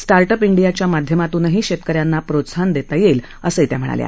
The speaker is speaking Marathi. स्टार्ट अप इंडियाच्या माध्यमातूनही शेतक यांना प्रोत्साहन देता येईल असंही त्या म्हणाल्या